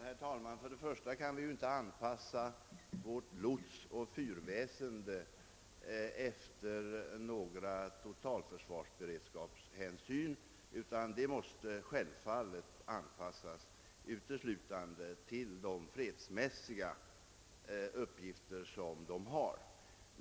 Herr talman! Först och främst vill jag säga att vi ju inte kan anpassa vårt lotsoch fyrväsende med hänsyn till totalförsvarsberedskapen, utan anpassningen därvidlag måste självfallet ske uteslutande med utgångspunkt i de fredsmässiga uppgifterna.